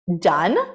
done